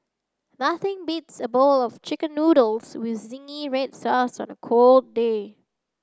nothing beats a bowl of chicken noodles with zingy red sauce on a cold day